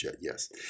yes